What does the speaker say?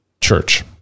church